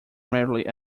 merely